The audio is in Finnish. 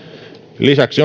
lisäksi